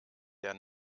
der